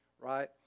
right